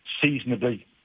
seasonably